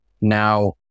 Now